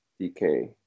DK